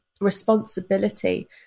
responsibility